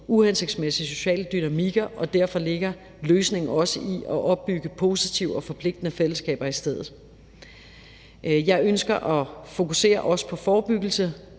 uhensigtsmæssige sociale dynamikker, og derfor ligger løsningen også i at opbygge positive og forpligtende fællesskaber i stedet. Jeg ønsker at fokusere også på forebyggelse,